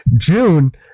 June